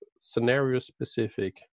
scenario-specific